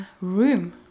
room